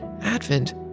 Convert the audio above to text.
Advent